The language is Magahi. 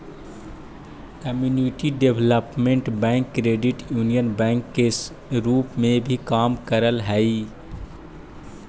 community development bank credit union bank के रूप में भी काम करऽ हइ